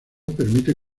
permite